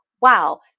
wow